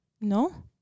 No